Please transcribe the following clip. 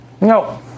No